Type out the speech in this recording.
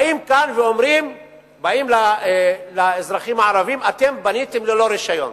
באים כאן לאזרחים הערבים ואומרים: אתם בניתם ללא רשיון,